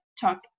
talk